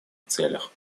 целях